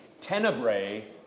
Tenebrae